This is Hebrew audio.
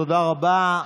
תודה רבה,